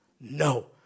No